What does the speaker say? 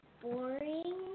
Boring